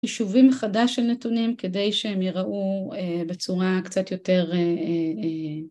חישובים מחדש של נתונים כדי שהם יראו בצורה קצת יותר